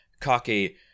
cocky